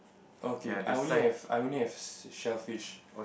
okay I only have I only have shellfish